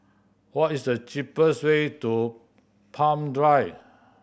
what is the cheapest way to Palm Drive